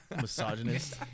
Misogynist